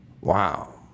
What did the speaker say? Wow